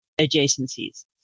adjacencies